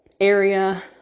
area